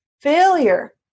Failure